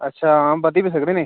अच्छा हां बधी बी सकदे निं